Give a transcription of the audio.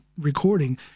Recording